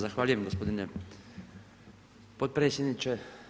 Zahvaljujem gospodine potpredsjedniče.